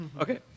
Okay